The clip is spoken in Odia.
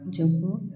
ଯୋଗୁଁ